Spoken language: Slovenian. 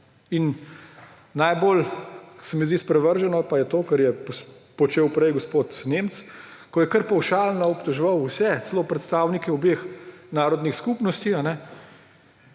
In najbolj se mi zdi sprevrženo pa to, kar je počel prej gospod Nemec, ko je kar pavšalno obtoževal vse, celo predstavnike obeh narodnih skupnosti,